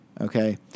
okay